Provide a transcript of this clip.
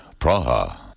Praha